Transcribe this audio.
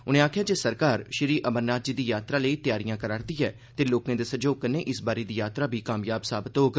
उनें आक्खेआ जे सरकार श्री अमरनाथ जी दी यात्रा लेई त्यारियां करा'रदी ऐ ते लोकें दे सैह्योग कन्नै इस बारी दी यात्रा बी कामयाब साबत होग